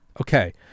Okay